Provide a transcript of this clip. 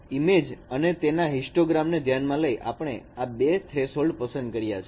ઇમેજને અને તેના હિસ્ટોગ્રામ ને ધ્યાનમાં લઇ આપણે આ બે થ્રેશહોલ્ડ પસંદ કર્યા છે